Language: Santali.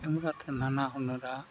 ᱠᱮᱢᱨᱟᱛᱮ ᱱᱟᱱᱟ ᱦᱩᱱᱟᱹᱨᱟᱜ